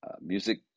music